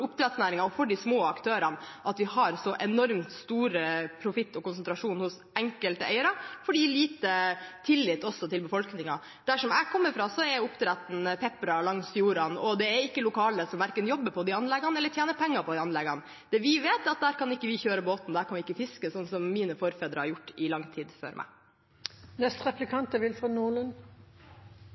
for oppdrettsnæringen og de små aktørene at vi har så enormt stor profitt og konsentrasjon hos enkelte eiere, for det gir lite tillit, også i befolkningen. Der jeg kommer fra, er oppdretten pepret langs fjordene, og det er ikke lokale som verken jobber på de anleggene eller tjener penger på de anleggene. Det vi vet, er at der kan vi ikke kjøre båten, og der kan vi ikke fiske, slik mine forfedre har gjort i lang tid før meg. Jeg er